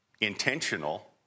intentional